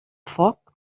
foc